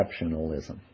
exceptionalism